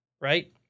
right